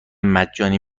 مجانی